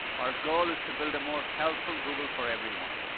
our goal is to build a more helpful google for everyone.